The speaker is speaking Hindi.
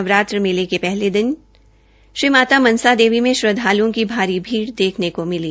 नवरात्र मेले के पहले दिन श्री माता मनसा देवी में श्रद्धाल्ओं की भारी भीड़ देखने को मिली